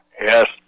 Yes